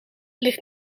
ligt